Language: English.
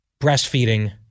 breastfeeding